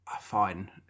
Fine